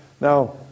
Now